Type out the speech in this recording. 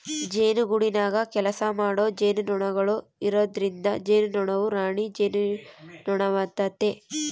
ಜೇನುಗೂಡಿನಗ ಕೆಲಸಮಾಡೊ ಜೇನುನೊಣಗಳು ಇರೊದ್ರಿಂದ ಜೇನುನೊಣವು ರಾಣಿ ಜೇನುನೊಣವಾತತೆ